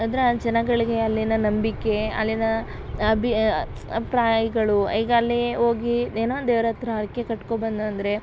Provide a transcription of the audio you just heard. ಅಂದರೆ ಆ ಜನಗಳಿಗೆ ಅಲ್ಲಿನ ನಂಬಿಕೆ ಅಲ್ಲಿಯ ಅಭಿ ಪ್ರಾಯಗಳು ಈಗ ಅಲ್ಲಿ ಹೋಗಿ ಏನೋ ದೇವ್ರ ಹತ್ರ ಹರ್ಕೆ ಕಟ್ಕೋ ಬಂದು ಅಂದರೆ